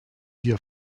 hier